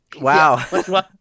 Wow